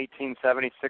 1876